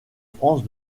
france